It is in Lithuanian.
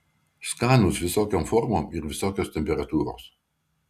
skanūs visokiom formom ir visokios temperatūros